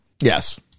Yes